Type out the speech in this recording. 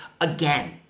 again